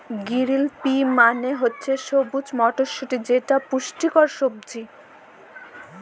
গিরিল pea মালে হছে সবুজ মটরশুঁটি যেট পুষ্টিকর সবজি